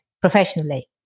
professionally